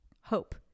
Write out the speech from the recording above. hope